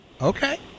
Okay